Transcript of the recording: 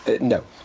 no